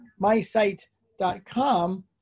mysite.com